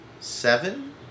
Seven